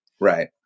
right